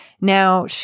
Now